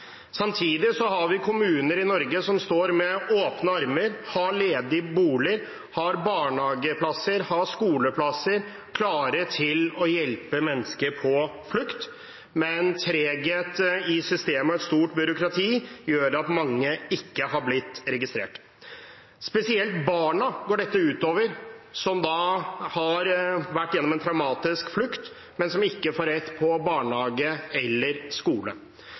Samtidig har vi kommuner i Norge som står med åpne armer, som har ledige boliger, barnehageplasser og skoleplasser, og er klare til å hjelpe mennesker på flukt, men treghet i systemet og et stort byråkrati gjør at mange ikke har blitt registrert. Dette går spesielt ut over barna, som da har vært gjennom en traumatisk flukt, men som ikke får rett på barnehage eller skole.